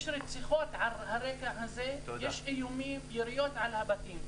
יש רציחות על הרקע הזה, יש יריות על הבתים.